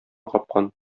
капкан